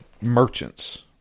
merchants